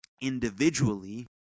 individually